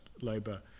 labour